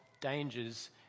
dangers